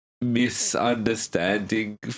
misunderstanding